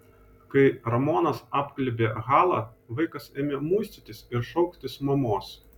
kai ramonas apglėbė halą vaikas ėmė muistytis ir šauktis mamos